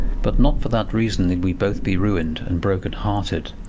but not for that reason need we both be ruined and broken-hearted.